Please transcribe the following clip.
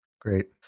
Great